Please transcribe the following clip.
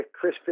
Chris